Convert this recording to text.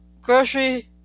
grocery